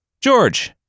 George